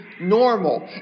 normal